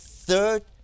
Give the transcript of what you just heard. third